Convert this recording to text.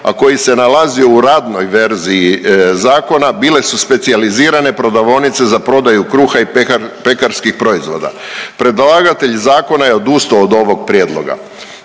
a koji se nalazio u radnoj verziji zakona bile su specijalizirane prodavaonice za prodaju kruha i pekarskih proizvoda. Predlagatelj zakona je odustao od ovog prijedloga.